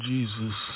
Jesus